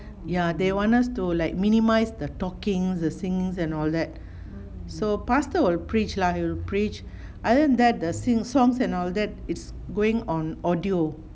ya they want us to like minimize the talking the singings and all that so pastor will preach lah he'll preach other than that the sing songs and all that it's going on audio